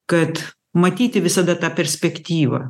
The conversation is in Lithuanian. kad matyti visada tą perspektyvą